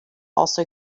also